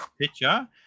picture